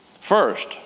First